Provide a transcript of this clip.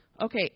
Okay